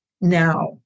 now